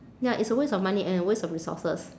ya it's a waste of money and a waste of resources